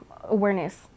awareness